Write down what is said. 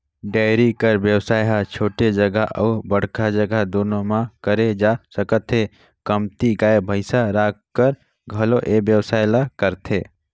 dairy कर बेवसाय ह छोटे जघा अउ बड़का जघा दूनो म करे जा सकत हे, कमती गाय, भइसी राखकर घलोक ए बेवसाय ल करथे